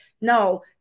No